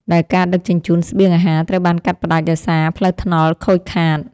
ដែលការដឹកជញ្ជូនស្បៀងអាហារត្រូវបានកាត់ផ្ដាច់ដោយសារផ្លូវថ្នល់ខូចខាត។